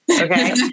Okay